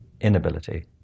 inability